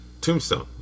Tombstone